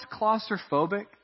claustrophobic